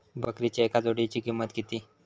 बकरीच्या एका जोडयेची किंमत किती?